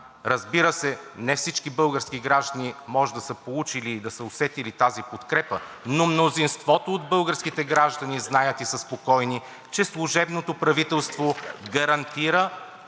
Разбира се, не всички български граждани може да са получили и да са усетили тази подкрепа, но мнозинството от българските граждани знаят и са спокойни, че служебното правителство гарантира